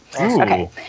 okay